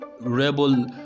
rebel